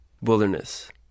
wilderness